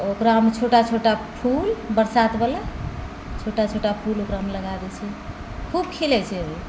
ओकरामे छोटा छोटा फूल बरसातवला छोटा छोटा फूल ओकरामे लगा दै छिए खूब खिलै छै ओ